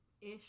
ish